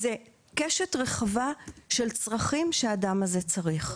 זו קשת רחבה של צרכים שהאדם הזה צריך.